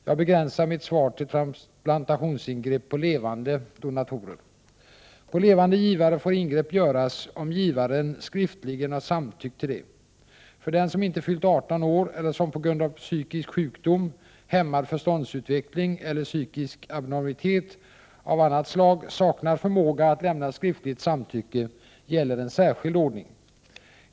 Jag begränsar mitt svar till transplantationsingrepp på levande donatorer. På levande givare får ingrepp göras om givaren skriftligen har samtyckt till det. För den som inte fyllt 18 år eller som på grund av psykisk sjukdom, hämmad förståndsutveckling eller psykisk abnormitet av annat slag saknar förmåga att lämna skriftligt samtycke gäller en särskild ordning.